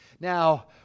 Now